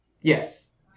Yes